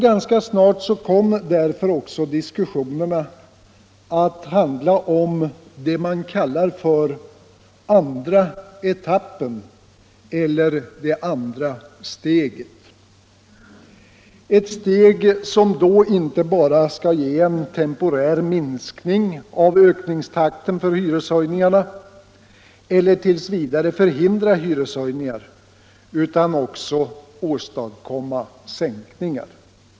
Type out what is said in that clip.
Ganska snart kom därför också diskussionerna att handla om det man kallar för den andra etappen eller det andra steget, dvs. ett steg som då inte bara skall ge en temporär minskning av ökningstakten för hyreshöjningarna eller tills vidare förhindra hyreshöjningar, utan också åstadkomma sänkningar.